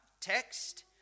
text